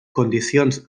condicions